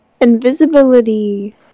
Invisibility